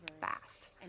fast